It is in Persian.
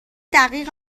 دقیق